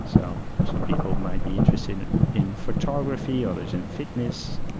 so some people might be interested in in photography, others in fitness.